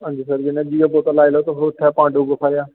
हंजी सर जि'यां जीआ पोता लाई लैओ तुस उत्थै पाड़व गुफा ऐ